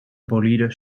bolide